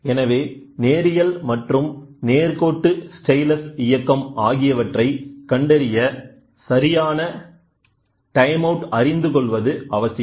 எனவே நேரியல் மற்றும் நேர்க்கோட்டு ஸ்டைலஸ் இயக்கம் ஆகியவற்றை கண்டறிய சரியான டைம் அவுட் அறிந்துகொள்வது அவசியம்